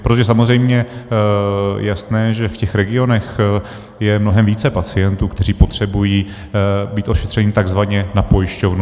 Protože je samozřejmě jasné, že v těch regionech je mnohem více pacientů, kteří potřebují být ošetřeni takzvaně na pojišťovnu.